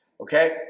okay